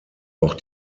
auch